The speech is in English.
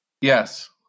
Yes